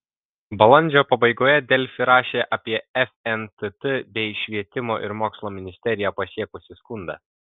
balandžio pabaigoje delfi rašė apie fntt bei švietimo ir mokslo ministeriją pasiekusį skundą